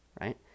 right